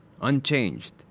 unchanged